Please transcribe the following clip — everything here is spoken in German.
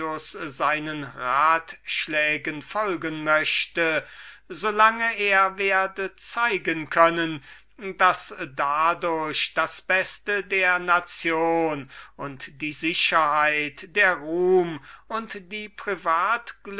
seinen räten folgen möchte so lange er werde zeigen können daß dadurch jedesmal das beste der nation und die sicherheit der ruhm und die